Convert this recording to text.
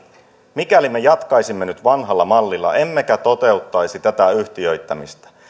mikäli me jatkaisimme nyt vanhalla mallilla emmekä toteuttaisi tätä yhtiöittämistä